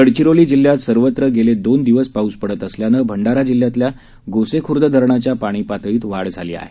गडचिरोली जिल्ह्यात सर्वत्र गेले दोन दिवस पाऊस पडत असल्यानं भंडारा जिल्ह्यातल्या गोसेखुर्द धरण्याच्या पाण्याच्या पातळीत वाढ झाली आहे